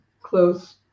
close